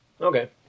Okay